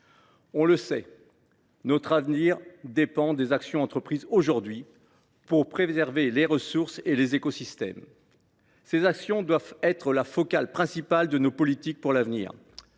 On le sait, notre avenir dépend des actions entreprises aujourd’hui pour préserver les ressources et les écosystèmes. Ces actions doivent être la matrice principale de nos politiques pour l’avenir.